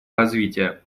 развития